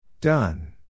Done